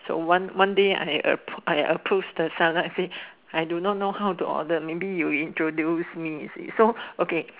so one one day I uh I approves the seller I do not know how to order maybe you introduce me you see so okay